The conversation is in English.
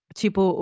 tipo